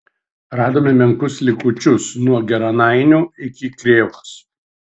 radome menkus likučius nuo geranainių iki krėvos